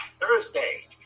Thursday